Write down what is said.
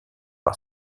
par